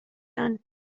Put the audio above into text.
done